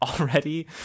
already